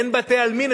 אין בתי-עלמין,